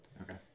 Okay